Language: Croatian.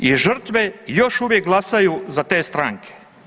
I žrtve još uvijek glasaju za te stranke.